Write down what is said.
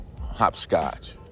hopscotch